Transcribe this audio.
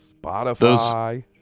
Spotify